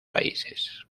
países